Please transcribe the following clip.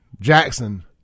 Jackson